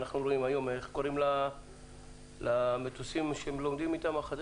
אני רואה את הכדורים הפורחים,